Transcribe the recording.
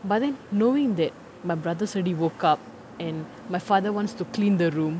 but then knowing that my brothers already woke up and my father wants to clean the room